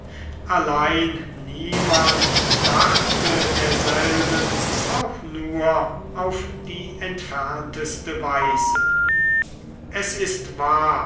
allein niemand dachte derselben auch nur auf die entfernteste weise es ist wahr